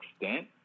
extent